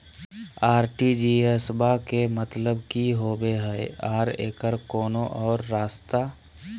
RTGS बा के मतलब कि होबे हय आ एकर कोनो और रस्ता?